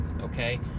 okay